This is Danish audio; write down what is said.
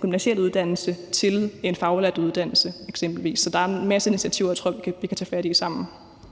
gymnasial uddannelse til en faglært uddannelse, eksempelvis. Så der er en masse initiativer, jeg tror vi kan tage fat i sammen.